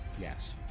Yes